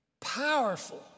Powerful